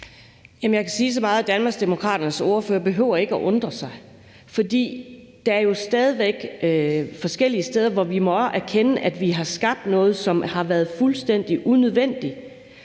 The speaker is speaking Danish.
Jeg kan sige så meget, at Danmarksdemokraternes ordfører ikke behøver at undre sig, for der er jo stadig væk forskellige steder, hvor vi må erkende, at vi har skabt noget, som har været fuldstændig unødvendigt.